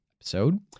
episode